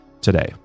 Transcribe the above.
today